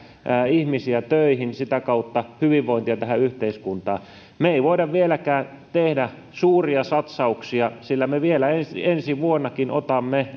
ihmisiä töihin ja sitä kautta hyvinvointia tähän yhteiskuntaan me emme voi vieläkään tehdä suuria satsauksia sillä me vielä ensi ensi vuonnakin otamme